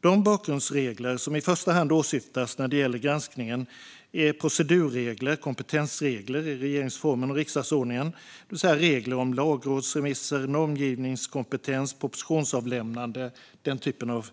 De bakgrundsregler som i första hand åsyftas när det gäller granskningen är procedurregler och kompetensregler i regeringsformen och riksdagsordningen, det vill säga regler om lagrådsremisser, normgivningskompetens, propositionsavlämnande och den typen av